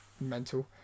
mental